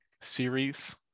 series